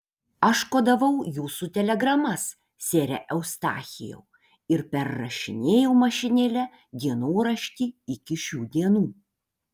aš kodavau jūsų telegramas sere eustachijau ir perrašinėjau mašinėle dienoraštį iki šių dienų